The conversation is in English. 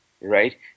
right